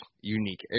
unique